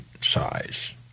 size